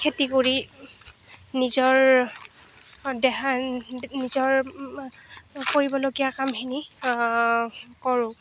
খেতি কৰি নিজৰ নিজৰ কৰিবলগীয়া কামখিনি কৰোঁ